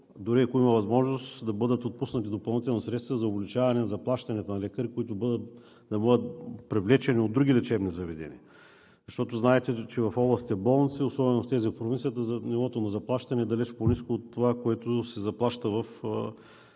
дори ако има възможност, да бъдат отпуснати допълнителни средства за увеличаване на заплащането на лекарите, които да бъдат привлечени от други лечебни заведения. Защото, знаете, че в областните болници, особено в тези в провинцията, нивото на заплащане е далеч по-ниско от това, което се заплаща в